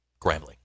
grambling